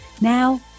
Now